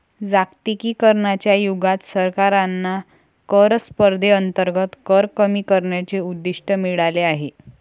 जागतिकीकरणाच्या युगात सरकारांना कर स्पर्धेअंतर्गत कर कमी करण्याचे उद्दिष्ट मिळाले आहे